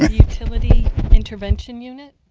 utility intervention unit.